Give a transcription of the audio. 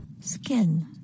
Skin